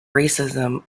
racism